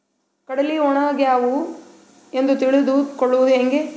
ಕಡಲಿ ಒಣಗ್ಯಾವು ಎಂದು ತಿಳಿದು ಕೊಳ್ಳೋದು ಹೇಗೆ?